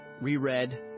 reread